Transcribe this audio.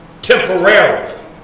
Temporarily